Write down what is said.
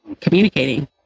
communicating